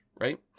right